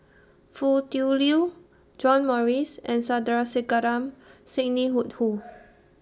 Foo Tui Liew John Morrice and Sandrasegaran Sidney Woodhull